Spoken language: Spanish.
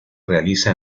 realiza